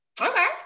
Okay